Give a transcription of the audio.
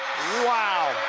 wow!